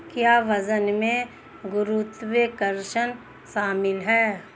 क्या वजन में गुरुत्वाकर्षण शामिल है?